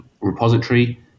repository